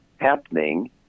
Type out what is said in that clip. happening